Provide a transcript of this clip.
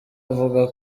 avuga